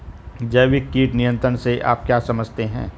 जैविक कीट नियंत्रण से आप क्या समझते हैं?